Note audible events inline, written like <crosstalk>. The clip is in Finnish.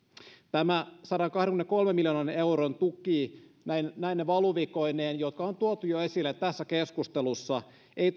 tämä sadankahdenkymmenenkolmen miljoonan euron tuki näine valuvikoineen jotka on tuotu jo esille tässä keskustelussa ei <unintelligible>